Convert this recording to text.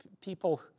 People